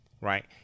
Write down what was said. right